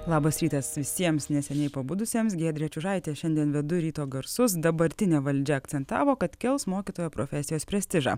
labas rytas visiems neseniai pabudusiems giedrė čiužaitė šiandien vedu ryto garsus dabartinė valdžia akcentavo kad kels mokytojo profesijos prestižą